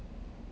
ha